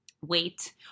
Wait